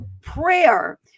Prayer